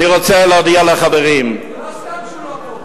אני רוצה להודיע לחברים, זה לא סתם שהוא לא פה.